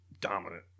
dominant